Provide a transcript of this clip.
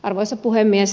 arvoisa puhemies